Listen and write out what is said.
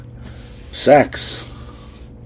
sex